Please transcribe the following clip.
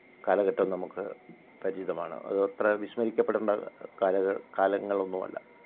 കാലഘട്ടം നമുക്ക് പരിചിതമാണ് അത് അത്ര വിസ്മരിക്കപ്പെടേണ്ട കാലങ്ങളൊന്നുമല്ല